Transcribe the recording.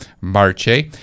Marche